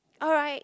alright